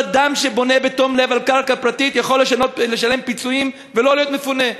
כל אדם שבונה בתום לב על קרקע פרטית יכול לשלם פיצויים ולא להיות מפונה,